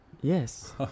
Yes